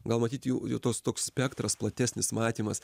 gal matyt jų jų tos toks spektras platesnis matymas